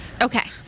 okay